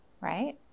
right